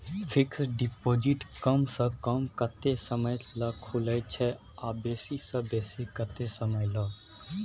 Fixed deposit कम स कम कत्ते समय ल खुले छै आ बेसी स बेसी केत्ते समय ल?